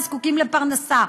הם זקוקים לפרנסה,